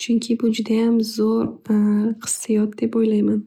chunki bu judayam zo'r hissiyot deb o'ylayman.